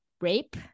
rape